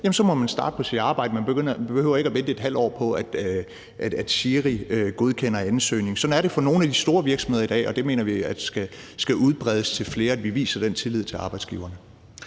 så må man starte på sit arbejde; man behøver ikke vente et halvt år på, at SIRI godkender ansøgningen. Sådan er det for nogle af de store virksomheder i dag, og vi mener, at det skal udbredes til flere, at vi viser den tillid til arbejdsgiverne.